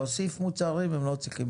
להוסיף מוצרים, הם לא צריכים אישור.